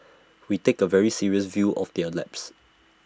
we take A very serious view of the A lapse